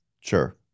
Sure